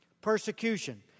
persecution